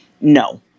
No